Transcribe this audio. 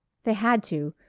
they had to.